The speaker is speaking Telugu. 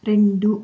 రెండు